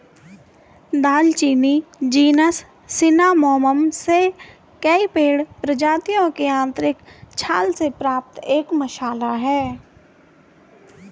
दालचीनी genus Cinnamomum से कई पेड़ प्रजातियों की आंतरिक छाल से प्राप्त एक मसाला है